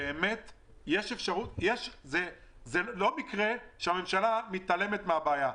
זה לא מקרה שהממשלה מתעלמת מהבעיה.